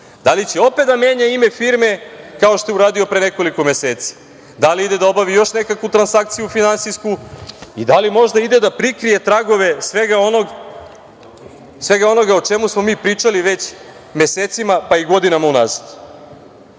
Da li će opet da menja ime firme kao što je uradio pre nekoliko meseci? Da li ide da obavi još nekakvu transakciju finansijsku i da li možda ide da prikrije tragove svega onoga o čemu smo mi pričali već mesecima, pa i godinama